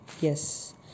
yes